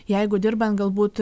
jeigu dirbant galbūt